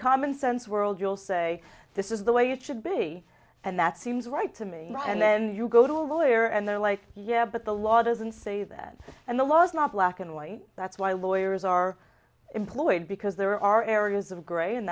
common sense world you'll say this is the way it should be and that seems right to me and then you go to a lawyer and they're like yeah but the law doesn't say that and the law is not black and white that's why lawyers are employed because there are areas of gray and